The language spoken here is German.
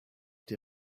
der